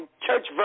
church